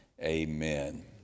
Amen